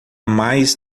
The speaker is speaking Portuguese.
mais